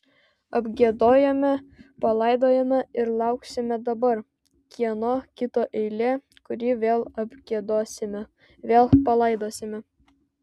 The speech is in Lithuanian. apgiedojome palaidojome ir lauksime dabar kieno kito eilė kurį vėl apgiedosime vėl palaidosime